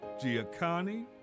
Giacani